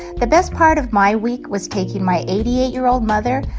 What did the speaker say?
the best part of my week was taking my eighty eight year old mother,